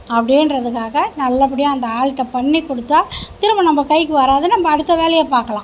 அப்படின்றதுக்காக நல்லபடியாக அந்த ஆல்ட் பண்ணி கொடுத்தா திரும்ப நம்ம கைக்கு வராது நம்ம அடுத்த வேலையை பார்க்கலாம்